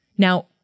Now